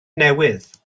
newydd